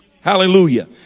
hallelujah